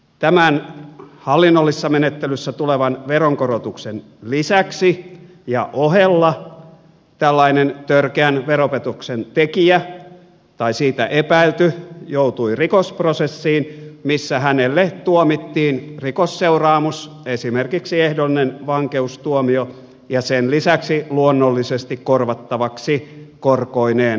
tämän hallinnollisessa menettelyssä tulevan veronkorotuksen lisäksi ja ohella tällainen törkeän veropetoksen tekijä tai siitä epäilty joutui rikosprosessiin missä hänelle tuomittiin rikosseuraamus esimerkiksi ehdollinen vankeustuomio ja sen lisäksi luonnollisesti korvattavaksi korkoineen huijatut verot